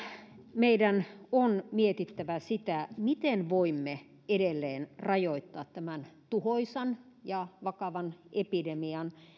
meidän on mietittävä sitä miten voimme edelleen rajoittaa tämän tuhoisan ja vakavan epidemian